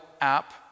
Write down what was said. app